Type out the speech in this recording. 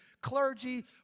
clergy